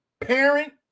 parent